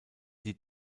die